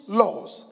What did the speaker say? laws